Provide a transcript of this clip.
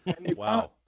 wow